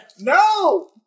No